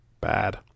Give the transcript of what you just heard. Bad